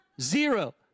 zero